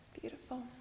Beautiful